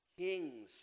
kings